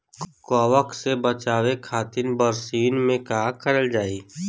कवक से बचावे खातिन बरसीन मे का करल जाई?